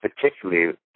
particularly